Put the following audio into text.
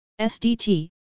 SDT